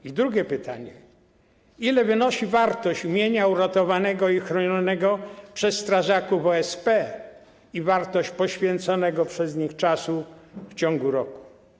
I drugie pytanie: Ile wynosi wartość mienia uratowanego i ochronionego przez strażaków OSP i wartość poświęconego przez nich czasu w ciągu roku?